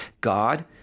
God